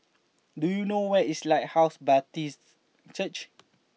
do you know where is Lighthouse Baptist Church